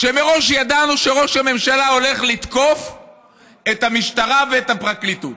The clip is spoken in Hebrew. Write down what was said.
ומראש ידענו שראש הממשלה הולך לתקוף את המשטרה ואת הפרקליטות.